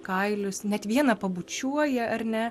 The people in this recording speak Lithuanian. kailius net vieną pabučiuoja ar ne